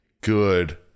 good